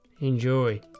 Enjoy